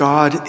God